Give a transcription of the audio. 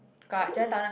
dekat Chinatown ah